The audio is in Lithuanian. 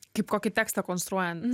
kaip kokį tekstą konstruojant